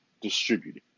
distributed